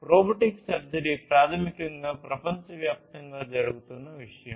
robotic surgery ప్రాథమికంగా ప్రపంచవ్యాప్తంగా జరుగుతున్న విషయం